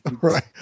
Right